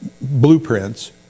blueprints